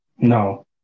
No